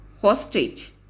hostage